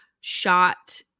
shot